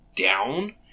down